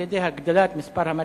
על-ידי הגדלת מספר המצביעים,